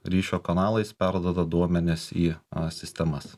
ryšio kanalais perduoda duomenis į sistemas